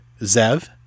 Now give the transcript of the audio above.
Zev